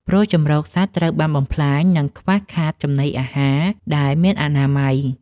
ព្រោះជម្រកសត្វត្រូវបានបំផ្លាញ និងខ្វះខាតចំណីអាហារដែលមានអនាម័យ។